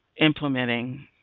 implementing